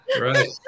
right